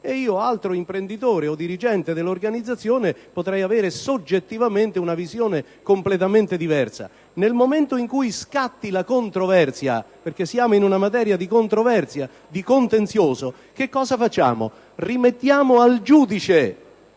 un altro imprenditore o dirigente dell'organizzazione potrebbe avere soggettivamente una visione completamente diversa. Nel momento in cui scatti la controversia (perché siamo in una materia di contenzioso), che cosa facciamo? Rimettiamo al giudice